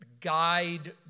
guide